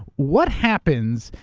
what happens.